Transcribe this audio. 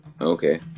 Okay